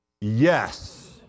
yes